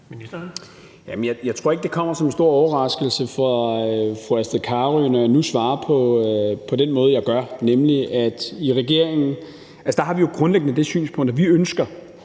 Jeg tror ikke, det kommer som en stor overraskelse for fru Astrid Carøe, når jeg nu svarer på den måde, jeg gør, nemlig ved at sige, at vi i regeringen jo grundlæggende har det synspunkt, at vi helt